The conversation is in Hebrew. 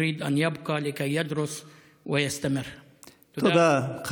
שרוצה להישאר כדי להמשיך ללמוד.) תודה,